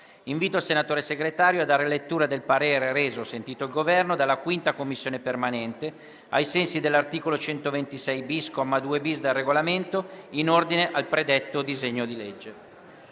Invito il senatore Segretario a dare lettura del parere reso - sentito il Governo - dalla 5a Commissione permanente, ai sensi dell'articolo 126-*bis*, comma 2-*bis*, del Regolamento, in ordine al predetto disegno di legge.